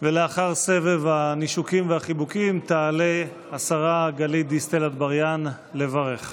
ולאחר סבב הנישוקים והחיבוקים תעלה השרה גלית דיסטל אטבריאן לברך.